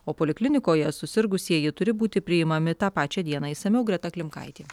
o poliklinikoje susirgusieji turi būti priimami tą pačią dieną išsamiau greta klimkaitė